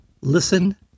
listen